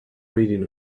reading